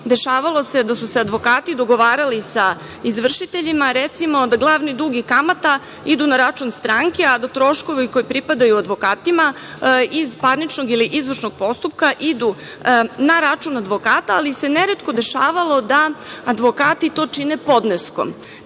dešavalo se da su se advokati dogovarali sa izvršiteljima, recimo, da glavni dug i kamata idu na račun stranke, a da troškovi koji pripadaju advokatima iz parničkog ili izvršnog postupka idu na račun advokata, ali se neretko dešavalo da advokati to čine podneskom.